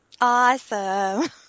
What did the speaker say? Awesome